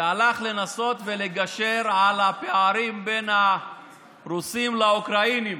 שהלך לנסות ולגשר על הפערים בין הרוסים לאוקראינים,